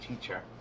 teacher